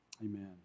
Amen